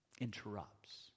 interrupts